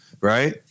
right